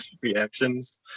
reactions